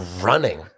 running